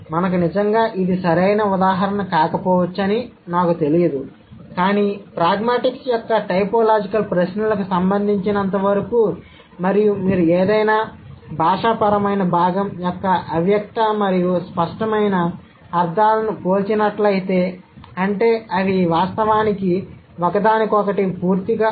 మనకు నిజంగా ఇది సరైన ఉదాహరణ కాకపోవచ్చు అని నాకు తెలియదు కానీ ప్రాగ్మాటిక్స్ యొక్క టైపోలాజికల్ ప్రశ్నలకు సంబంధించినంతవరకు మరియు మీరు ఏదైనా భాషాపరమైన భాగం యొక్క అవ్యక్త మరియు స్పష్టమైన అర్థాలను పోల్చినట్లయితే అంటే అవి వాస్తవానికి ఒకదానికొకటి పూర్తిగా వ్యతిరేకం కాదు